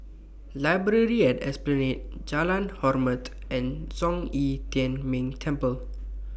Library At Esplanade Jalan Hormat and Zhong Yi Tian Ming Temple